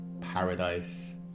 paradise